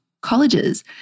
colleges